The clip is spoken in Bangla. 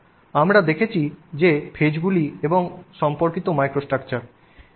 এবং আমরা দেখেছি যে ফেজগুলি এবং সম্পর্কিত মাইক্রোস্ট্রাকচার